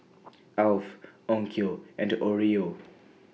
Alf Onkyo and Oreo